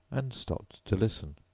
and stopped to listen.